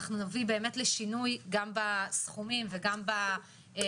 אנחנו נביא באמת לשינוי גם בסכומים וגם בתקציבים,